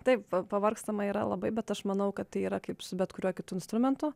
taip pavargstama yra labai bet aš manau kad tai yra kaip su bet kuriuo kitu instrumentu